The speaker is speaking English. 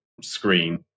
screen